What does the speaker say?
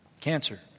cancer